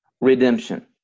redemption